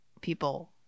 people